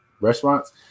restaurants